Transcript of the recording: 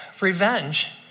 revenge